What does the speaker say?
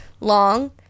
long